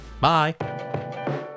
Bye